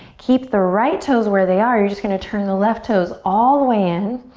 keep the right toes where they are. you're just gonna turn the left toes all the way in.